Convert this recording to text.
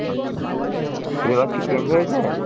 আচ্ছা সিলেবাস কি চেঞ্জ হয়েছে